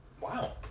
wow